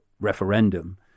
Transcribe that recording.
referendum